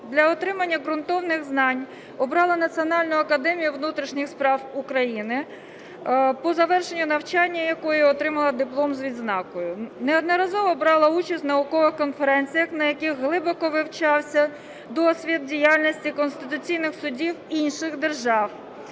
Для отримання ґрунтовних знань обрала Національну академію внутрішніх справ України, по завершенню навчання якої отримала диплом з відзнакою. Неодноразово брала участь у наукових конференціях, на яких глибоко вивчався досвід діяльності конституційних судів інших держав.